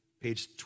page